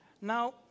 Now